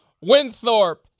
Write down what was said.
Winthorpe